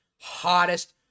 hottest